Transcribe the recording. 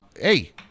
Hey